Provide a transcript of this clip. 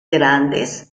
grandes